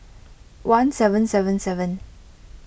one seven seven seven